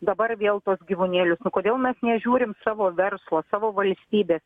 dabar vėl tuos gyvūnėliu kodėl mes nežiūrim savo verslo savo valstybės